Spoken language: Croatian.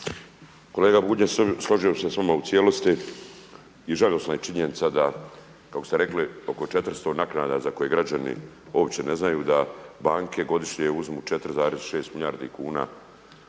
Kolega Bunjac složio bih se sa vama u cijelosti i žalosna je činjenica da kako ste rekli oko 400 naknada za koje građani uopće ne znaju da banke godišnje uzmu 4,6 milijardi kuna